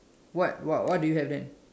what what what do you have then